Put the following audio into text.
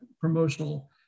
promotional